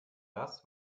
das